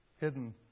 hidden